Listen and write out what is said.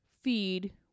feed